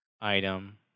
item